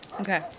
Okay